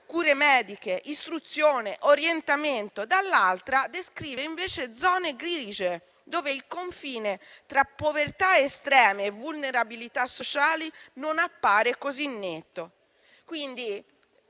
cure mediche, istruzione, orientamento; dall'altra, descrive invece zone grigie, dove il confine tra povertà estreme e vulnerabilità sociali non appare così netto. Quindi,